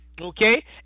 okay